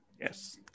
yes